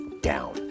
down